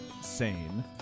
sane